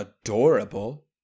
adorable